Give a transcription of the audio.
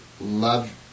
love